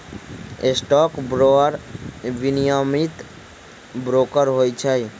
stock broker विनियमित broker होइ छइ